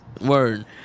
Word